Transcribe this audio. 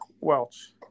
Welch